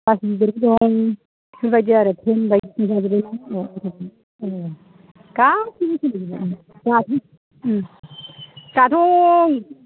बास गिदिरबो दं बे बायदि आरो गासिबो सोलायजोबबाय दाथ'